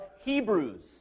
Hebrews